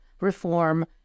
reform